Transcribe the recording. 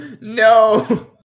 No